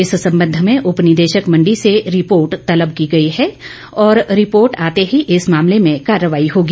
इस संबंध में उपनिदेशक मंडी से रिपोर्ट तलब की गयी है और रिपोर्ट आते ही इस मामले में कार्रवाई होगी